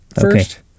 first